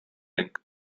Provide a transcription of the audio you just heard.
link